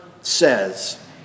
says